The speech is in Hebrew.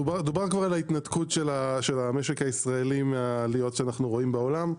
דובר כבר על ההתנתקות של המשק הישראלי מהעליות שאנחנו רואים בעולם.